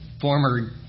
former